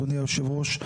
אדוני היושב ראש,